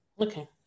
Okay